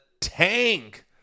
tank